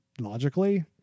Logically